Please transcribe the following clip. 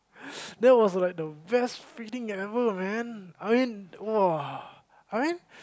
that was like the best feeling ever man I mean !wah! I mean